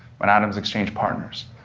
when atoms exchange partners